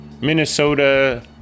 Minnesota